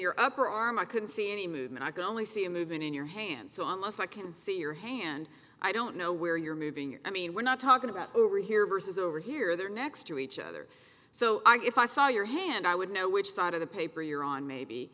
your upper arm i couldn't see any movement i could only see a movement in your hand so unless i can see your hand i don't know where you're moving your i mean we're not talking about over here versus over here they're next to each other so i gif i saw your hand i would know which side of the paper you're on maybe